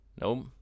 Nope